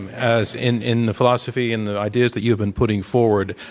as in in the philosophy and the ideas that you have been putting forward.